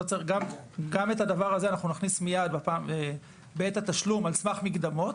גם את הדבר הזה אנחנו נכניס מיד בעת התשלום על סמך מקדמות.